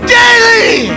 daily